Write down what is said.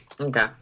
Okay